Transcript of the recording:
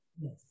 Yes